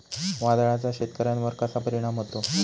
वादळाचा शेतकऱ्यांवर कसा परिणाम होतो?